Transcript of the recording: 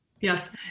Yes